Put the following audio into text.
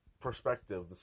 perspective